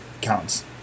counts